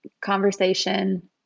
conversation